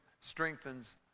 strengthens